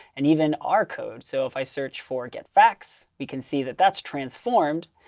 and even our code. so if i search for get facts, we can see that that's transformed.